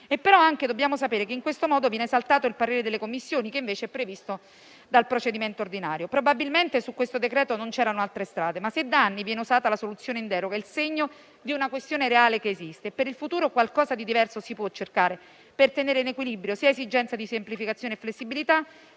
in questo modo viene saltato il parere delle Commissioni, che invece è previsto dal procedimento ordinario. Probabilmente per il decreto-legge in esame non c'erano altre strade; ma, se da anni viene usata la soluzione in deroga, è il segno di una funzione reale che esiste. Per il futuro qualcosa di diverso si può cercare, per tenere in equilibrio sia esigenze di semplificazione e flessibilità,